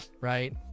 right